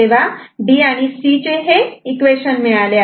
D 8' 9" C 8' 9"